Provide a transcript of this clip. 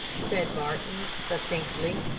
said barton, succinctly.